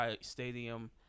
Stadium